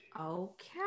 okay